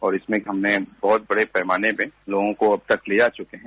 और इसमें हमने बहत बड़े पैमाने में लोगों को रैंब तक ले जा चुके हैं